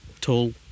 tall